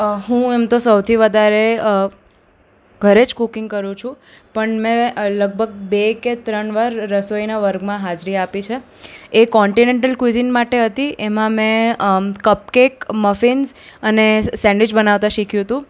અ હું એમ તો સૌથી વધારે અ ઘરે જ કુકિંગ કરું છું પણ મેં લગભગ બે કે ત્રણ વાર રસોઈના વર્ગમાં હાજરી આપી છે એ કોન્ટીનેન્ટલ ક્યુઈઝન માટે હતી એમાં મેં કપ કેક મફિન્સ અને સેન્ડવીચ બનાવતા શીખ્યું હતું